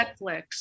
Netflix